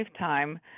lifetime